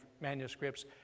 manuscripts